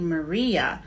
Maria